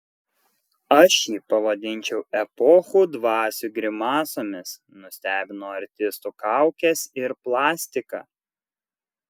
aš jį pavadinčiau epochų dvasių grimasomis nustebino artistų kaukės ir plastika